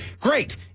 great